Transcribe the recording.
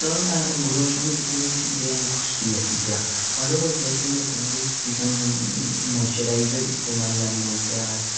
तोर्म्या गुणो शोग किशंग द्य्यांग खुशकी हाचिज्या। होडोगोच बच्चेननो तांगेस मोइसेराजेर इस्तेमाल लन्नो ग्याच।